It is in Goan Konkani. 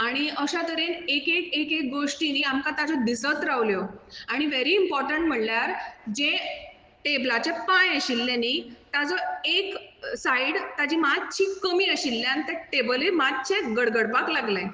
आनी अशा तरेन एक एक एक एक गोश्टी न्ही आमकां ताज्यो दिसत रावल्यो आनी वेरी इम्पॉटंट म्हळ्ळ्यार जे टेबलाचे पांय आशिल्ले न्ही ताजो एक सायड ताजी मातशी कमी आशिल्ल्यान तें टेबलूय मातशें गडगडपाक लागलें